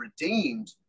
redeemed